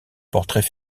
portraits